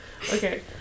Okay